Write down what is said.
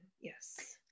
yes